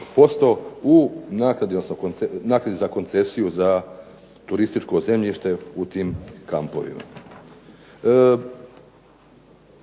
evo 20% u naknadi za koncesiju za turističko zemljište u tim kampovima.